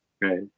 Right